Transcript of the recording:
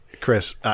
Chris